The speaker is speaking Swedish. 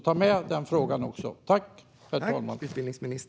Ta med den frågan också.